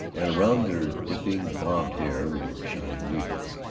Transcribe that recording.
and around their dipping bobbed hair were shining wreaths.